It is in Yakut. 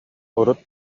урут